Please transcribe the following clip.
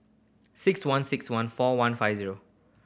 six one six one four one five zero